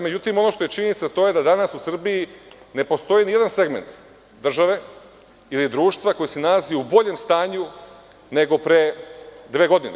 Međutim, ono što je činjenica to je da danas u Srbiji ne postoji ni jedan segment države ili društva koji se nalazi u boljem stanju nego pre dve godine.